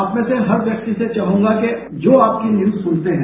आप में से हर व्यक्ति से चाहूंगा कि जो आपकी न्यूज सुनते हैं